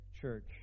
church